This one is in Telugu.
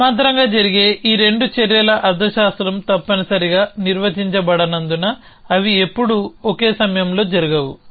సమాంతరంగా జరిగే ఈ రెండు చర్యల అర్థశాస్త్రం తప్పనిసరిగా నిర్వచించ బడనందున అవి ఎప్పుడూ ఒకే సమయంలో జరగవు